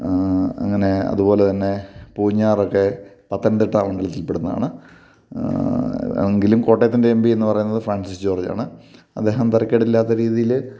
അങ്ങനെ അതുപോലെതന്നെ പൂഞ്ഞാറൊക്കെ പത്തനംതിട്ട മണ്ഡലത്തിൽ പെടുന്നതാണ് എങ്കിലും കോട്ടയത്തിൻ്റെ എം പി എന്നുപറയുന്നത് ഫ്രാൻസിസ് ജോർജാണ് അദ്ദേഹം തരക്കേടില്ലാത്ത രീതിയിൽ